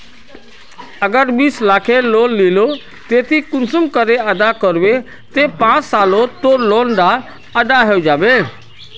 अगर बीस लाखेर लोन लिलो ते ती कुंसम करे अदा करबो ते पाँच सालोत तोर लोन डा अदा है जाबे?